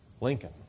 Lincoln